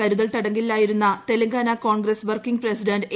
കരുതൽ തടങ്കലിലായിരുന്ന Telangana Congress working president A